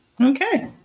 Okay